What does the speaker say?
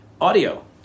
audio